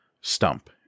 stump